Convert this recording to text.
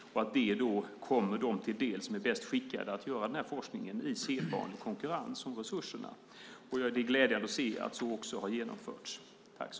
Det ska komma dem till del som är bäst skickade att göra den här forskningen i sedvanlig konkurrens om resurserna. Det är glädjande att se att det också har genomförts.